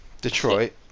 Detroit